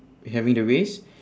having the race